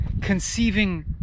conceiving